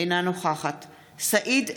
אינה נוכחת סעיד אלחרומי,